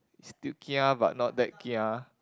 still kia but not that kia